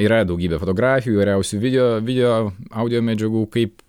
yra daugybė fotografijų įvairiausių video video audio medžiagų kaip